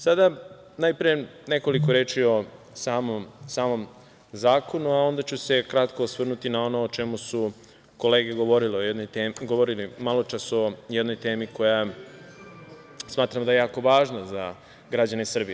Sada, najpre, nekoliko reči o samom zakonu, a onda ću se kratko osvrnuti na ono o čemu su kolege maločas govorile o jednoj temi koja, smatram da je jako važna za građane Srbije.